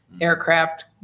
aircraft